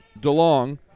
DeLong